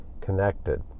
connected